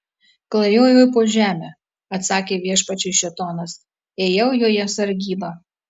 klajojau po žemę atsakė viešpačiui šėtonas ėjau joje sargybą